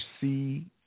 see